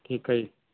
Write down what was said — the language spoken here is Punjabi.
ਠੀਕ ਹੈ ਜੀ